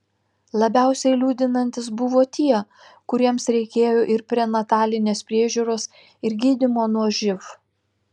labiausiai liūdinantys buvo tie kuriems reikėjo ir prenatalinės priežiūros ir gydymo nuo živ